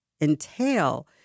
entail